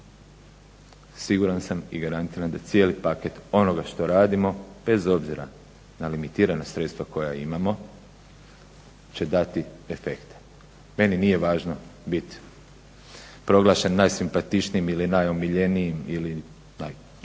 siguran sam i garantiram da cijeli paket onoga što radimo, bez obzira na limitirana sredstva koja imamo će dati efekta. Meni nije važno bit proglašen najsimpatičnijim ili najomiljenijim ili